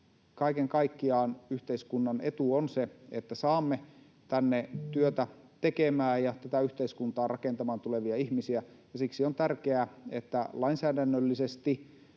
Kaiken kaikkiaan yhteiskunnan etu on se, että saamme tänne työtä tekemään ja tätä yhteiskuntaa rakentamaan tulevia ihmisiä. Siksi on tärkeää, että lainsäädännöllisesti